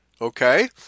Okay